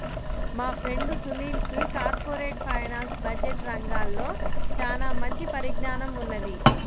మా ఫ్రెండు సునీల్కి corporate finance, budget రంగాల్లో చానా మంచి పరిజ్ఞానం ఉన్నది